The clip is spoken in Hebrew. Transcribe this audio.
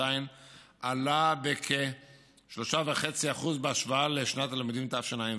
עלה ב-3.44% בהשוואה לשנת הלימודים תשע"ו.